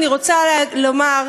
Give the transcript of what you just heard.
אני רוצה לומר,